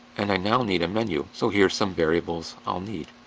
and, i now need a menu, so here's some variables i'll need.